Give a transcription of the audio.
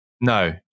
no